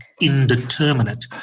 indeterminate